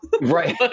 right